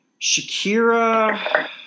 Shakira